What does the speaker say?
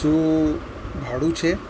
શું ભાડું છે